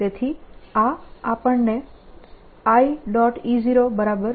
તેથી આ આપણને i